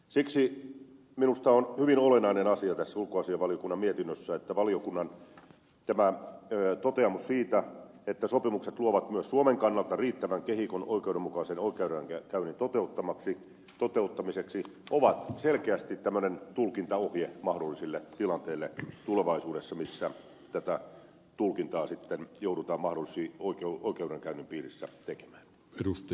siksi minusta on hyvin olennainen asia tässä ulkoasiainvaliokunnan mietinnössä että valiokunnan toteamus siitä että sopimukset luovat myös suomen kannalta riittävän kehikon oikeudenmukaisen oikeudenkäynnin toteuttamiseksi on tulevaisuudessa selkeästi tämmöinen tulkintaohje mahdollisille tilanteille missä tätä tulkintaa sitten joudutaan mahdollisen oikeudenkäynnin piirissä tekemään